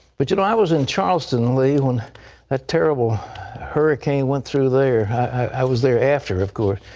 but, you know, i was in charleston, lee, when that terrible hurricane went through there. i was there after, of course.